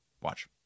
Watch